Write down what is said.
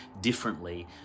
differently